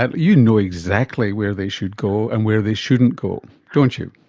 ah you know exactly where they should go and where they shouldn't go, don't you.